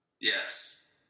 yes